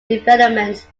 developments